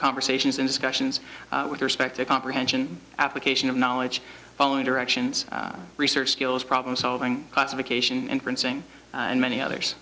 conversations in discussions with respect to comprehension application of knowledge following directions research skills problem solving classification and printing and many others